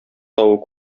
тавы